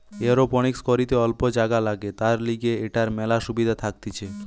aeroponics করিতে অল্প জাগা লাগে, তার লিগে এটার মেলা সুবিধা থাকতিছে